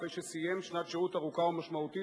אחרי שסיים שנת שירות ארוכה ומשמעותית,